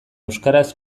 euskaraz